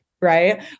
Right